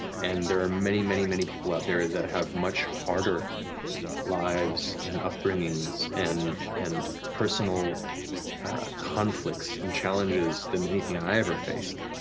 and there are many many many people out there that have much harder lives and upbringings and and personal conflicts and challenges than anything i ever faced,